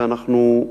ואנחנו,